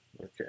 Okay